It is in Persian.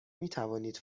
میتوانید